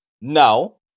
now